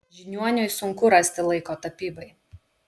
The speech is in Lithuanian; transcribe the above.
žiniuoniui sunku rasti laiko tapybai